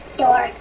door